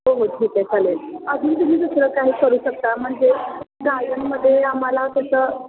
हो हो ठीक आहे चालेल आजही तुम्ही दुसरं काही करू शकता म्हणजे गार्डनमध्ये आम्हाला कसं